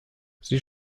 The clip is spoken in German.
sie